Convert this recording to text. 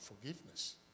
forgiveness